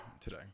today